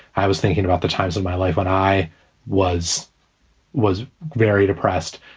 i was thinking about the times of my life when i was was very depressed.